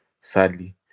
sadly